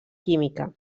química